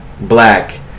black